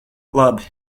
labi